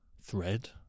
thread